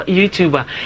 Youtuber